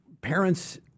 parents